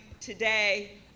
today